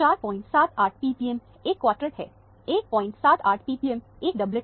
478 ppm एक quartet है 178 ppm एक डबलेट है